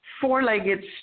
four-legged